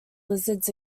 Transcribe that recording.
lizards